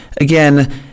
again